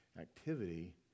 activity